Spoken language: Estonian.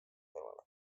kõrvale